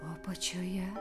o apačioje